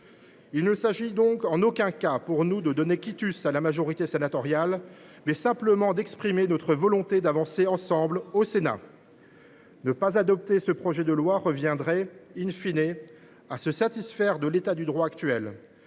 Il s’agit donc non pas de donner quitus à la majorité sénatoriale, mais simplement d’exprimer notre volonté d’avancer ensemble, au Sénat. Ne pas adopter ce projet de loi reviendrait,, à se satisfaire de l’état du droit actuel.